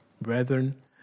Brethren